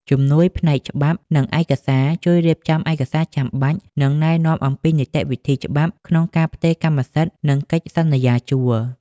ជំនួយផ្នែកច្បាប់ និងឯកសារ ជួយរៀបចំឯកសារចាំបាច់ និងណែនាំអំពីនីតិវិធីច្បាប់ក្នុងការផ្ទេរកម្មសិទ្ធិ ឬកិច្ចសន្យាជួល។